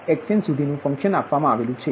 xnસુધીનુ function આપવામાં આવેલુ છે